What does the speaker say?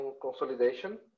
consolidation